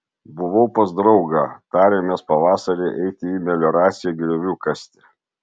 buvau pas draugą tarėmės pavasarį eiti į melioraciją griovių kasti